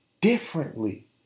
differently